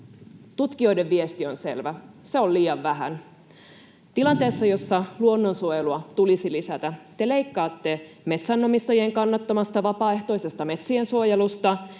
Tutkijoiden viesti on selvä: se on liian vähän. Tilanteessa, jossa luonnonsuojelua tulisi lisätä, te leikkaatte metsänomistajien kannattamasta vapaaehtoisesta metsien suojelusta,